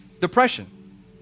depression